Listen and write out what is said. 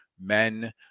men